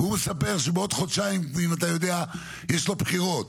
בחלוף שנה למלחמה צריך לצאת לבחירות